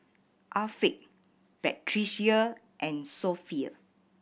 Afiq Batrisya and Sofea